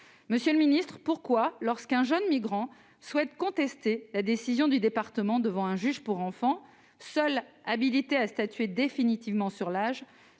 n'est-il pas systématique lorsqu'un jeune migrant souhaite contester la décision du département devant un juge pour enfants, seul habilité à statuer définitivement sur l'âge